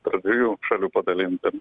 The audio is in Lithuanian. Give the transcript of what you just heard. tarp dviejų šalių padalinta